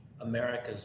america's